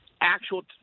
actual